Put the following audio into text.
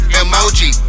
emoji